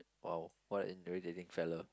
!wow! what an injury dating fellow